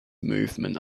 movement